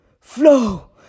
Flow